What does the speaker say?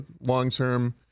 long-term